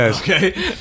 Okay